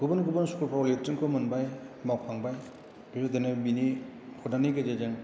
गुबुन गुबुन स्कुलफ्राव लेट्रिनखौ मोनबाय मावखांबाय बिदिनो बिनि खदाननि गेजेरजों